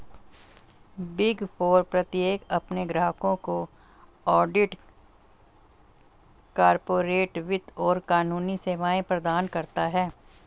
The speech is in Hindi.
बिग फोर प्रत्येक अपने ग्राहकों को ऑडिट, कॉर्पोरेट वित्त और कानूनी सेवाएं प्रदान करता है